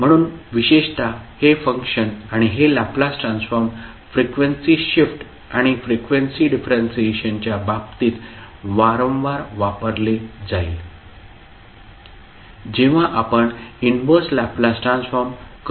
म्हणून विशेषत हे फंक्शन आणि हे लॅपलास ट्रान्सफॉर्म फ्रिक्वेन्सी शिफ्ट आणि फ्रिक्वेन्सी डिफरंशिएशनच्या बाबतीत वारंवार वापरले जाईल जेव्हा आपण इनव्हर्स लॅपलास ट्रान्सफॉर्म करू